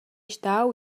stau